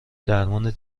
درمان